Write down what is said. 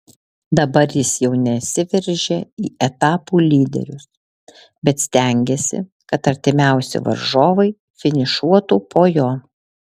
dabar jis jau nesiveržia į etapų lyderius bet stengiasi kad artimiausi varžovai finišuotų po jo